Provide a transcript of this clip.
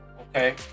okay